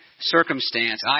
circumstance